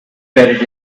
buried